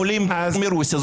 עולים מרוסיה,